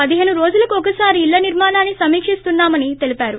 పదిహేను రోజులకు ఒకసారి ఇళ్ల నిర్మాణాన్ని సమీకిస్తున్నామని తెలిపారు